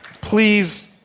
please